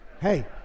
Hey